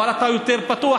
אבל אתה יותר בטוח,